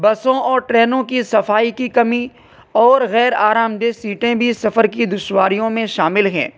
بسوں اور ٹرینوں کی صفائی کی کمی اور غیر آرام دہ سیٹیں بھی سفر کی دشواریوں میں شامل ہیں